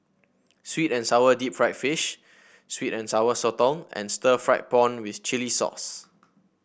sweet and sour Deep Fried Fish sweet and Sour Sotong and Stir Fried Prawn with Chili Sauce